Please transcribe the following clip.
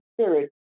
spirit